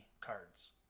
cards